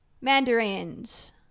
mandarins